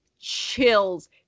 chills